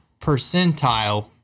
percentile